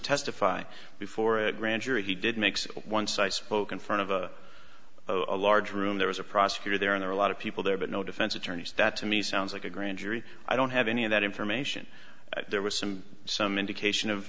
testify before a grand jury he did makes one so i spoke in front of a a large room there was a prosecutor there are a lot of people there but no defense attorneys that to me sounds like a grand jury i don't have any of that information there was some some indication of